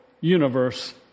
universe